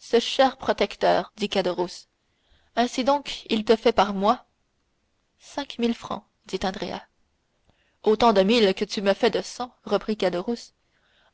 ce cher protecteur dit caderousse ainsi donc il te fait par mois cinq mille francs dit andrea autant de mille que tu me fais de cents reprit caderousse